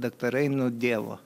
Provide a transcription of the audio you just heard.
daktarai nuo dievo